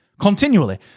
continually